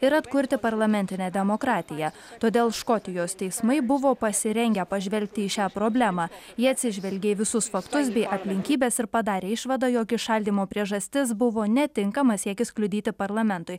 ir atkurti parlamentinę demokratiją todėl škotijos teismai buvo pasirengę pažvelgti į šią problemą ji atsižvelgė į visus faktus bei aplinkybes ir padarė išvadą jog įšaldymo priežastis buvo netinkamas siekis kliudyti parlamentui